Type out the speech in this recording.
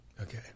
Okay